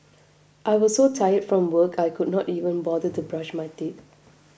I was so tired from work I could not even bother to brush my teeth